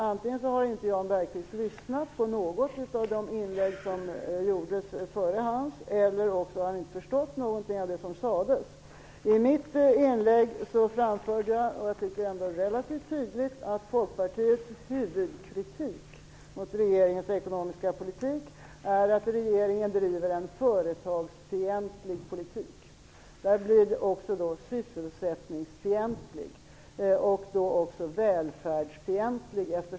Antingen har Jan Bergqvist inte lyssnat på något av de inlägg som gjordes före hans eller också har han inte förstått någonting av det som sades. I mitt inlägg framförde jag, som jag tycker, relativt tydligt att Folkpartiets huvudkritik mot regeringens ekonomiska politik är att regeringen driver en företagsfientlig politik. Därmed är den också sysselsättningsfientlig och välfärdsfientlig.